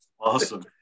Awesome